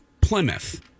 Plymouth